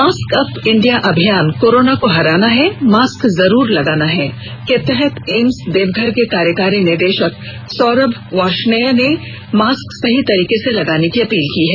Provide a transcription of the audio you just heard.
mask up India अभियान corona को हराना है मास्क जरूर लगाना है के तहत एम्स देवघर के कार्यकारी निदेशक सौरभ वार्ष्णेय ने मास्क सही तरीके से लगाने की अपील की है